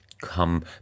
come